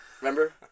Remember